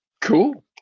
cool